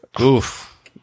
Oof